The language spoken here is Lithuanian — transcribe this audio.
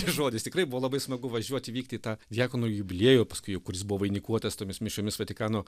žodis tikrai buvo labai smagu važiuoti vykti į tą diakonų jubiliejų paskui jau kuris buvo vainikuotas tomis mišiomis vatikano